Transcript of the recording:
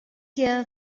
hear